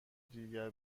دیگر